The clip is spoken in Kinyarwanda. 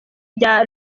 bya